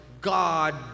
God